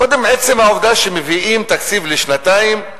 קודם, עצם העובדה שמביאים תקציב לשנתיים,